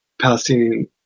Palestinian